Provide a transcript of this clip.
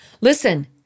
listen